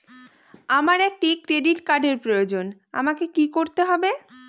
আমার একটি ক্রেডিট কার্ডের প্রয়োজন আমাকে কি করতে হবে?